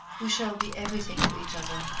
we shall be everything to each other.